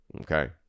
Okay